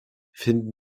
finden